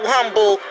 Humble